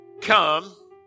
come